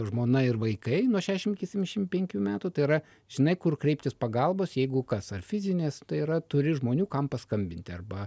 žmona ir vaikai nuo šešiasdešimt iki septyniasdešimt penkių metų tai yra žinai kur kreiptis pagalbos jeigu kas ar fizinės tai yra turi žmonių kam paskambinti arba